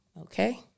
Okay